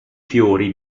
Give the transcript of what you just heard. fiori